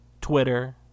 twitter